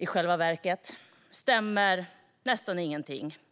I själva verket stämmer nästan ingenting av detta.